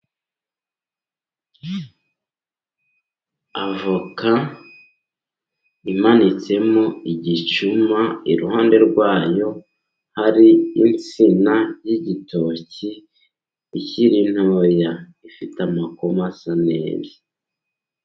Avoka imanitsemo igicuyuma, iruhande rwa yo hari insina y'igitoki ikiri ntoya, ifite amakoma asa neza.